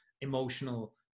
emotional